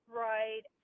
right